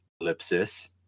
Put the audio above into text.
ellipsis